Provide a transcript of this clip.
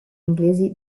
inglesi